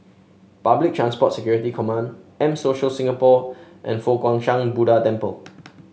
Public Transport Security Command M Social Singapore and Fo Guang Shan Buddha Temple